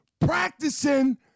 practicing